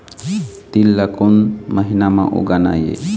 तील ला कोन महीना म उगाना ये?